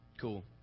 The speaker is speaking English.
Cool